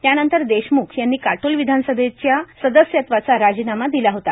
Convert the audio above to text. त्यानंतर देशम्ख यांनी काटोल विधानसभेचा सदस्यत्वाचा राजीनामा दिला होता